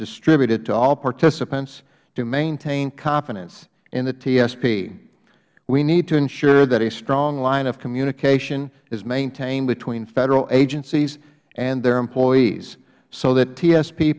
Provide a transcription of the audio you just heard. distributed to all participants to maintain confidence in the tsp we need to ensure that a strong line of communication is maintained between federal agencies and their employees so that t